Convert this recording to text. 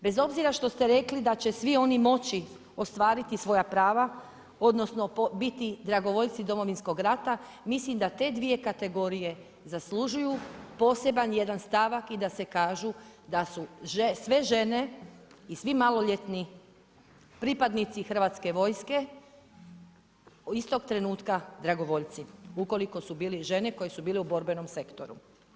Bez obzira što ste rekli da će svi oni moći ostvariti svoja prava odnosno biti dragovoljci Domovinskog rata, mislim da te dvije kategorije zaslužuju poseban jedan stavak i da se kaže da su sve žene i svi maloljetni pripadnici Hrvatske vojske istog trenutka dragovoljci, ukoliko su bili žene koje su bile u borbenom sektoru.